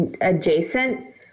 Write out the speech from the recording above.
adjacent